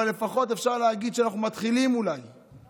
אבל לפחות אפשר להגיד שאנחנו אולי מתחילים את